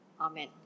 amen